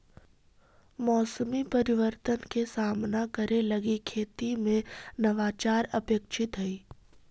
मौसमी परिवर्तन के सामना करे लगी खेती में नवाचार अपेक्षित हई